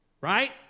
right